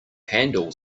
handle